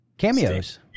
cameos